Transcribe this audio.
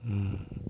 mm